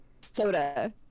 soda